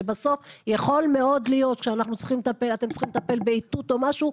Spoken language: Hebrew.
שבסוף יכול מאוד שאתם צריכים לטפל באיתות או משהו,